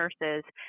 nurses